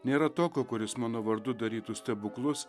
nėra tokio kuris mano vardu darytų stebuklus